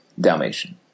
Dalmatian